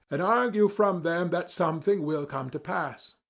and argue from them that something will come to pass.